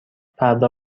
فردا